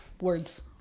Words